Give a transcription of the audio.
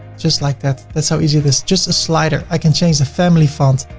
just like that. that's how easy it is just a slider. i can change the family font.